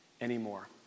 anymore